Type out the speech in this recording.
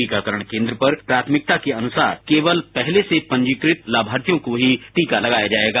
टीकाकरण केन्द्र पर प्राथमिकता के अनुसार केवल पहले से पंजीकृत लाभार्थियों को ही टीका लगाया जाएगा